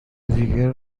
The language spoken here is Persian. دیگر